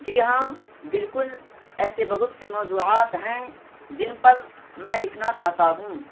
جی ہاں بالکل ایسے بہت سے موضوعات ہیں جن پر میں لکھنا چاہتا ہوں